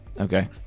Okay